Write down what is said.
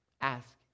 Ask